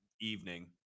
evening